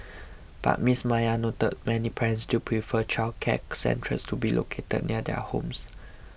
but Miss Maya noted many parents still prefer childcare centres to be located near their homes